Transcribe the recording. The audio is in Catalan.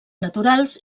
naturals